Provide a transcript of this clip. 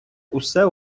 усе